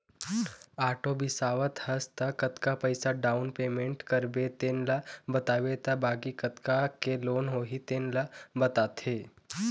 auto बिसावत हस त कतका पइसा डाउन पेमेंट करबे तेन ल बताबे त बाकी कतका के लोन होही तेन ल बताथे